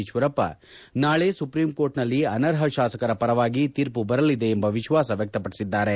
ಈಶ್ವರಪ್ಪ ನಾಳೆ ಸುಪ್ರೀಂಕೋರ್ಟ್ನಲ್ಲಿ ಅನರ್ಹ ಶಾಸಕರ ಪರವಾಗಿ ತೀರ್ಮ ಬರಲಿದೆ ಎಂಬ ವಿಶ್ವಾಸ ವ್ಯಕ್ತಪಡಿಸಿದ್ದಾರೆ